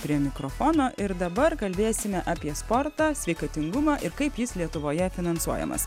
prie mikrofono ir dabar kalbėsime apie sportą sveikatingumą ir kaip jis lietuvoje finansuojamas